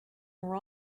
were